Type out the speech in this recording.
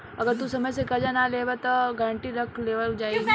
अगर तू समय से कर्जा ना लौटइबऽ त गारंटी रख लेवल जाई